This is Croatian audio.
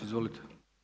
Izvolite.